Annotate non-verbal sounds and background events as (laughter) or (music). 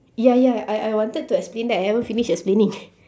ya ya I I wanted to explain that I haven't finish explaining (breath)